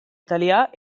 italià